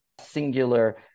singular